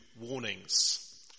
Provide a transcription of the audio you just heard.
warnings